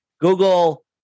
Google